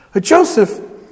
Joseph